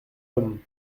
homme